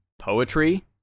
poetry